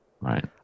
Right